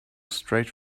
straight